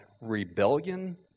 rebellion